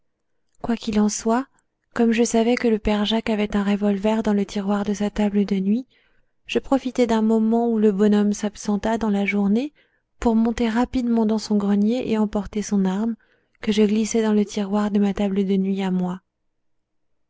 qu'il en soit comme je savais que le père jacques avait un revolver dans le tiroir de sa table de nuit je profitai d'un moment où le bonhomme s'absenta dans la journée pour monter rapidement dans son grenier et emporter son arme que je glissai dans le tiroir de ma table de nuit à moi